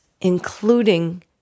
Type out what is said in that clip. including